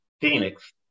Phoenix